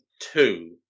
two